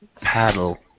Paddle